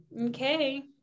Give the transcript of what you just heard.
okay